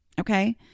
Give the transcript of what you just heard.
Okay